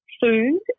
food